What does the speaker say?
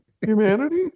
Humanity